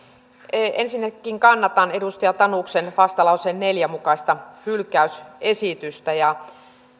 ensinnäkin kannatan edustaja tanuksen vastalauseen neljä mukaista hylkäysesitystä